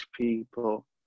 people